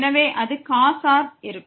எனவே அது cos r ஆக இருக்கும்